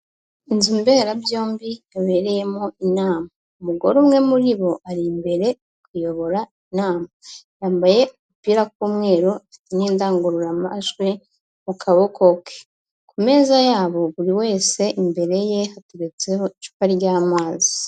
Inzu mberabyombi yabereyemo inama, umugore umwe muri bo, ari imbere ari kuyobora inama, yambaye agapira k'umweru n'indangururamajwi mu kaboko ke, ku meza yabo buri wese imbere ye hateretseho icupa ry'amazi.